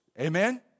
Amen